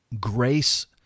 grace